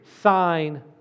sign